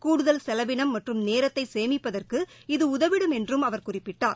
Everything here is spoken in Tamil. கூடுதல் கெலவினம் மற்றும் நேரத்தை சேமிப்பதற்கு இது உதவிடும் என்று அவர் குறிப்பிட்டார்